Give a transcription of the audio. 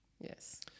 Yes